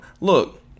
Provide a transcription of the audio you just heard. Look